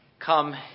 Come